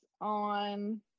on